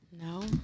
No